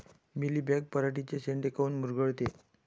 Mealybug पराटीचे चे शेंडे काऊन मुरगळते?